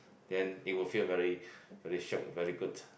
then it will feel very very shiok very good